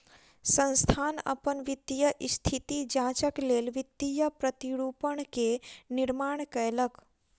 संस्थान अपन वित्तीय स्थिति जांचक लेल वित्तीय प्रतिरूपण के निर्माण कयलक